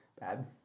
Bad